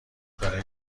برای